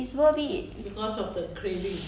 then I was still telling her how is that worth it